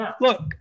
look